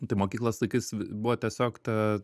tai mokyklos laikais buvo tiesiog ta